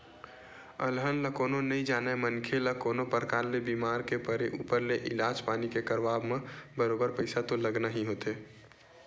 अलहन ल कोनो नइ जानय मनखे ल कोनो परकार ले बीमार के परे ऊपर ले इलाज पानी के करवाब म बरोबर पइसा तो लगना ही होथे